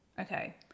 Okay